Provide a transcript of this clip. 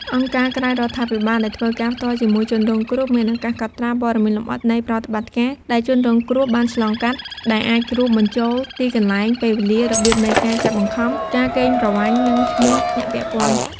អង្គការក្រៅរដ្ឋាភិបាលដែលធ្វើការផ្ទាល់ជាមួយជនរងគ្រោះ មានឱកាសកត់ត្រាព័ត៌មានលម្អិតនៃប្រតិបត្តិការណ៍ដែលជនរងគ្រោះបានឆ្លងកាត់ ដែលអាចរួមបញ្ចូលទីកន្លែង ពេលវេលា របៀបនៃការចាប់បង្ខំ ការកេងប្រវ័ញ្ច និងឈ្មោះអ្នកពាក់ព័ន្ធ។